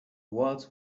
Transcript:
walls